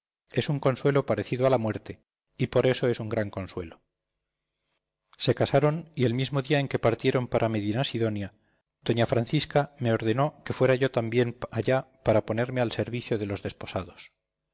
es un consuelo parecido a la muerte y por eso es un gran consuelo se casaron y el mismo día en que partieron para medinasidonia doña francisca me ordenó que fuera yo también allá para ponerme al servicio de los desposados